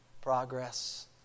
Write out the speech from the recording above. progress